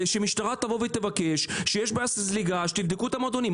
שהמשטרה תבוא ותבקש ותבדוק את המועדונים.